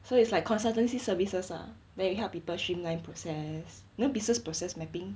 so it's like consultancy services lah then you help people streamline process you know business process mapping